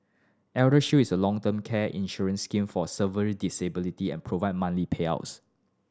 ElderShield is a long term care insurance scheme for severe disability and provide monthly payouts